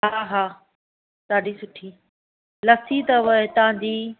हा हा ॾाढी सुठी लस्सी अथव हितां जी